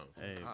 Hey